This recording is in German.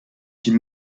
die